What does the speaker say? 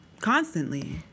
constantly